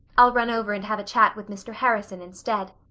i'll run over and have a chat with mr. harrison instead.